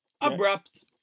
Abrupt